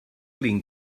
flin